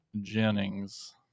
Jennings